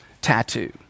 tattoo